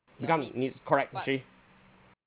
becomes need correct actually